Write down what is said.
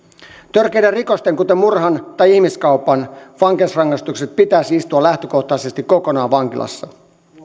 törkeiden rikosten kuten murhan tai ihmiskaupan vankeusrangaistukset pitäisi istua lähtökohtaisesti kokonaan vankilassa